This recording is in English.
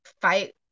fight